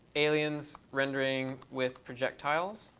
aliens rendering with projectiles.